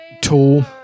Tool